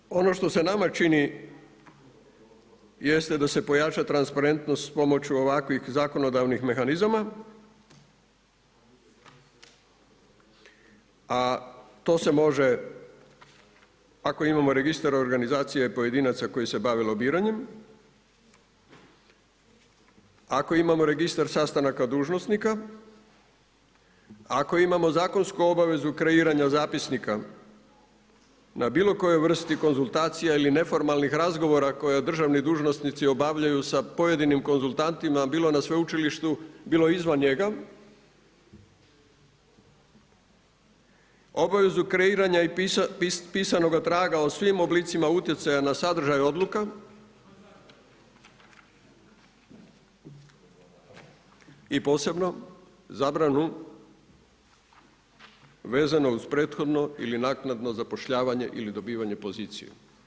Dakle ono što se nama čini jeste da se pojača transparentnost pomoću ovakvih zakonodavnih mehanizama, a to se može ako imamo registar organizacije pojedinaca koji se bave lobiranjem, ako imamo registar sastanaka dužnosnika, ako imamo zakonsku obavezu kreiranja zapisnika na bilo kojoj vrsti konzultacija ili neformalnih razgovora koje državni dužnosnici obavljaju sa pojedinim konzultantima bilo na sveučilištima, bilo izvan njega, obavezu kreiranja i pisanoga traga o svim oblicima utjecaja na sadržaj odluka i posebno zabranu vezano uz prethodno ili naknadno zapošljavanje ili dobivanje pozicije.